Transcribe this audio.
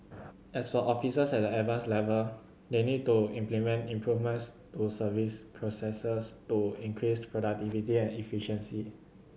as for officers at the Advanced level they need to implement improvements to service processes to increase productivity and efficiency